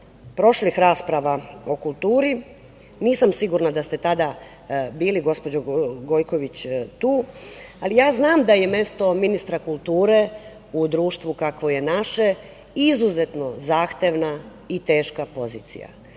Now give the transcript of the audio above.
prošlih rasprava o kulturi, nisam sigurna da ste tada bili tu, gospođo Gojković, ali ja znam da je mesto ministra kulture u društvu kakvo je naše izuzetno zahtevna i teška pozicija.